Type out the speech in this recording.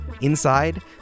Inside